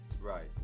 right